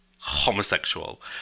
homosexual